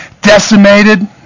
decimated